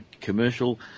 Commercial